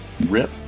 Rip